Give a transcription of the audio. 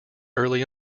early